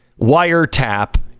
wiretap